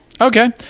okay